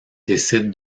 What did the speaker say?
décide